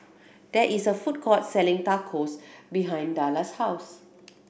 there is a food court selling Tacos behind Dallas' house